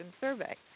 survey